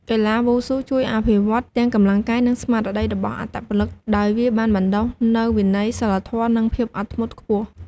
កីឡាវ៉ូស៊ូជួយអភិវឌ្ឍទាំងកម្លាំងកាយ និងស្មារតីរបស់អត្តពលិកដោយវាបានបណ្ដុះនូវវិន័យ សីលធម៌ និងភាពអត់ធ្មត់ខ្ពស់។